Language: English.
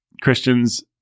Christians